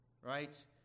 Right